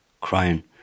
crying